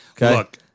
Look